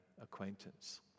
acquaintance